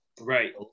Right